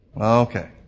okay